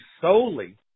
solely